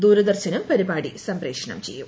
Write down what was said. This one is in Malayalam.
ദൂരദർശനും പരിപാടി സംപ്രേക്ഷണം ചെയ്യും